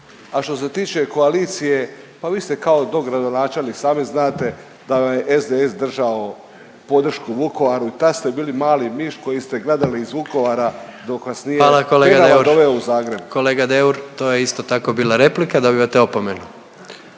A što se tiče koalicije, pa vi ste kao dogradonačelnik i sami znate da vam je SDS držao podršku u Vukovaru i tad ste bili mali miš koji ste gledali iz Vukovara dok vas nije…/Upadica predsjednik: Hvala kolega Deur./… Penava doveo u Zagreb. **Jandroković, Gordan (HDZ)** Kolega Deur, to je isto tako bila replika, dobivate opomenu.